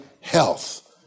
health